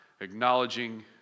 acknowledging